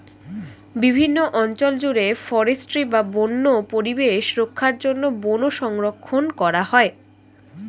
বিভিন্ন অঞ্চল জুড়ে ফরেস্ট্রি বা বন্য পরিবেশ রক্ষার জন্য বন সংরক্ষণ করা হয়